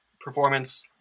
performance